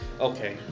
Okay